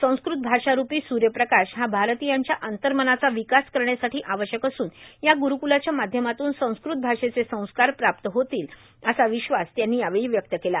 संस्कृत भाषारूपी सुर्यप्रकाश हा भारतीयांच्या अंर्तमनाचा विकास करण्यासाठी आवश्यक असून या ग्रूरूकुलाच्या माध्यमातून संस्कृत भाषेचे संस्कार प्राप्त होतील असा विश्वास त्यांनी व्यक्त केला